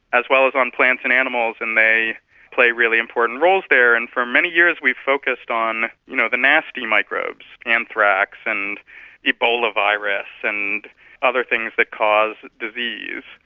as well as on plants and animals, and they play really important roles there. for many years we've focused on you know the nasty microbes, anthrax and ebola virus and other things that cause disease,